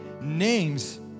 names